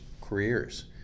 careers